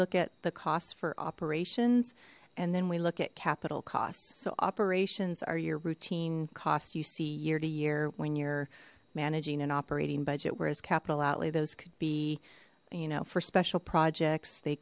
look at the costs for operations and then we look at capital costs so operations are your routine cost you see year to year when you're managing an operating budget whereas capital outlay those could be you know for special projects they